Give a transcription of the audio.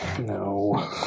No